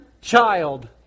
child